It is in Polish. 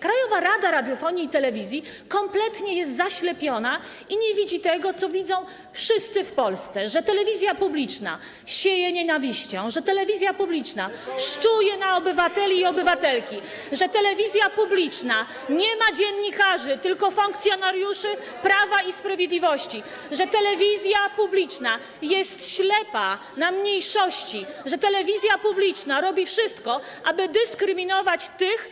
Krajowa Rada Radiofonii i Telewizji jest kompletnie zaślepiona i nie widzi tego, co widzą wszyscy w Polsce, że telewizja publiczna sieje nienawiść, że telewizja publiczna szczuje na obywateli i obywatelki, że telewizja publiczna nie ma dziennikarzy, tylko funkcjonariuszy Prawa i Sprawiedliwości, że telewizja publiczna jest ślepa na mniejszości, że telewizja publiczna robi wszystko, aby dyskryminować tych,